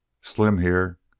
slim, here,